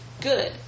good